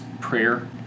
prayer